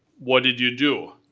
what did you do?